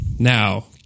now